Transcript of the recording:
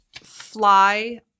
fly